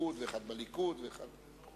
החוקיות